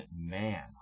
man